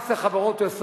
מס על חברות הוא 25%,